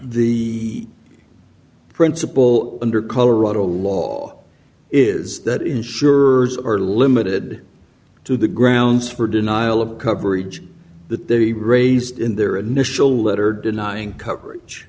the principle under colorado law is that insurers are limited to the grounds for denial of coverage that they raised in their initial letter denying coverage